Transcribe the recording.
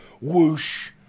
whoosh